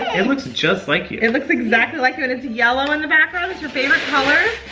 it looks just like you. it looks exactly like you and it's yellow in the background, that's your favorite color.